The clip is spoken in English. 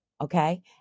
Okay